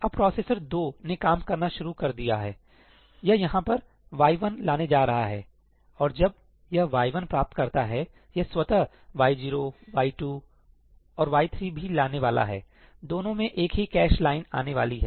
अब प्रोसेसर दो ने काम करना शुरू कर दिया है यह यहाँ पर y 1 लाने जा रहा है और जब यह y 1 प्राप्त करता हैयह स्वतः y 0 y 2 और y 3 भी लाने वाला है दोनों में एक ही कैश लाइन आने वाली है